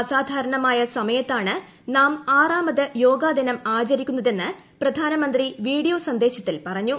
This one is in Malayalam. അസാധാരണമായ സമയത്താണ് നാം ആറാമത് യോഗാ ദിനം ആചരിക്കുന്നതെന്ന് പ്രധാനമന്ത്രി വീഡിയോ സന്ദേശത്തിൽ പറഞ്ഞു